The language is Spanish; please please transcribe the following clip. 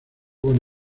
con